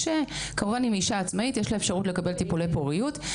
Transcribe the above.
אם היא שכירה אז יש לה אפשרות לקבל טיפולי פוריות,